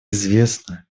известно